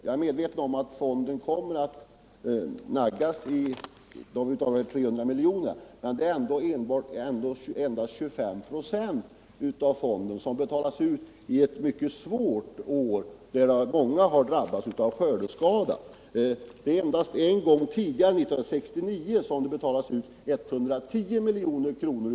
Jag är medveten om att fonden kommer att naggas i kanten när det gäller de här 300 milj.kr., men det är ändå endast 25 96 av fonden som betalas ut under ett mycket svårt år då många har drabbats av skördeskador. Endast en gång tidigare, år 1969, har det betalats ut så mycket som 110 miljoner ur fonden.